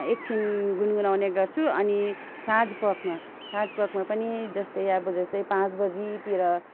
एकछिन गुनगुनाउने गर्छु अनि साँझपखमा साँझपखमा पनि जस्तै अब जस्तै पाँचबजेतिर